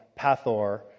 Pathor